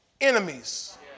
enemies